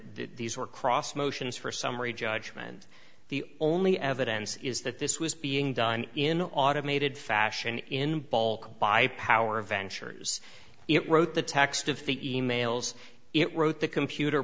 these were cross motions for summary judgment and the only evidence is that this was being done in an automated fashion in bulk by power ventures it wrote the text of the emails it wrote the computer